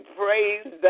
praise